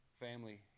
family